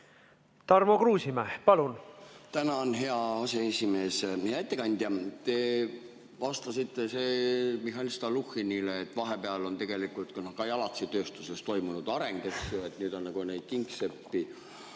Tarmo Kruusimäe, palun! Tänan, hea aseesimees! Hea ettekandja! Te vastasite Mihhail Stalnuhhinile, et vahepeal on tegelikult ka jalatsitööstuses toimunud areng, et nüüd on ka neid kingseppi.